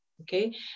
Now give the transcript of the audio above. okay